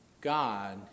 God